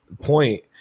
point